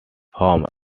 home